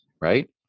Right